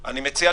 אני מציע,